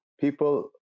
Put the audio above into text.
people